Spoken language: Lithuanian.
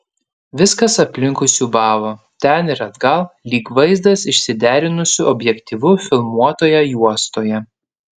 viskas aplinkui siūbavo ten ir atgal lyg vaizdas išsiderinusiu objektyvu filmuotoje juostoje